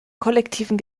kollektiven